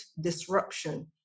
disruption